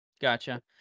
Gotcha